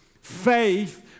faith